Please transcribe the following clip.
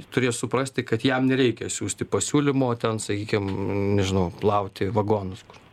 turės suprasti kad jam nereikia siųsti pasiūlymo ten sakykim nežinau plauti vagonus kur